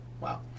Wow